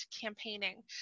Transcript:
campaigning